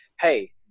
hey